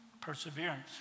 Perseverance